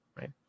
right